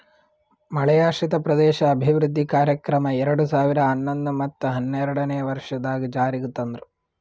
ಮಳೆಯಾಶ್ರಿತ ಪ್ರದೇಶ ಅಭಿವೃದ್ಧಿ ಕಾರ್ಯಕ್ರಮ ಎರಡು ಸಾವಿರ ಹನ್ನೊಂದು ಮತ್ತ ಹನ್ನೆರಡನೇ ವರ್ಷದಾಗ್ ಜಾರಿಗ್ ತಂದ್ರು